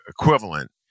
equivalent